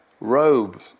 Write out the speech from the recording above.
robe